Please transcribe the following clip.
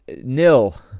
nil